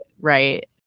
right